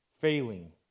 failing